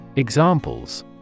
Examples